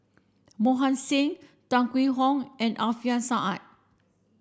Mohan Singh Tan Hwee Hock and Alfian Sa'at